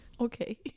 Okay